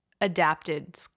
adapted